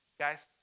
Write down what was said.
guys